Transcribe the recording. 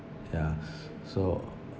ya so